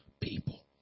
people